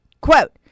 quote